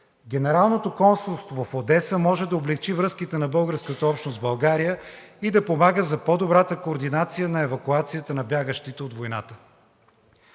Генералното консулство в Одеса може да облекчи връзките на българската общност с България и да помага за по-добрата координация на евакуацията на бягащите от войната.